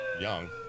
young